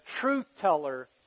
truth-teller